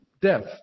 death